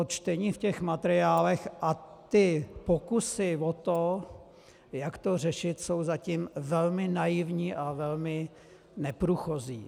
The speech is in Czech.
Čtení v materiálech a ty pokusy o to, jak to řešit, jsou zatím velmi naivní a velmi neprůchozí.